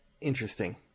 interesting